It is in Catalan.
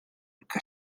que